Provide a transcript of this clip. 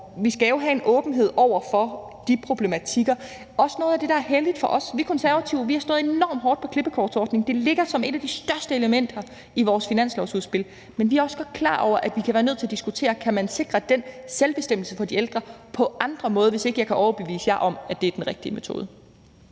Vi skal have en åbenhed over for de problematikker, og det er også noget af det, der er helligt for os, for vi Konservative har stået enormt hårdt på klippekortsordningen, det ligger som et af de største elementer i vores finanslovsudspil, men vi er også godt klar over, at vi kan være nødt til at diskutere, om man kan sikre den selvbestemmelse for de ældre på andre måder, hvis ikke jeg kan overbevise jer om, at det er den rigtige metode.